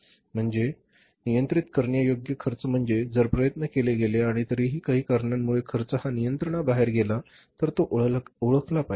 म्हणजे नियंत्रित करण्यायोग्य खर्च म्हणजे जर प्रयत्न केले गेले आणि तरी हि काही कारणांमुळे खर्च हा नियंत्रणा बाहेर गेला तर तो ओळखला पाहिजे